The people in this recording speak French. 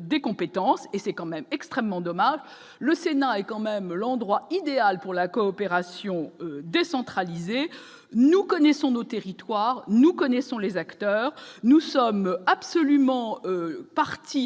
des compétences et c'est quand même extrêmement dommageable, le Sénat est quand même l'endroit idéal pour la coopération décentralisée, nous connaissons nos territoires, nous connaissons les acteurs, nous sommes absolument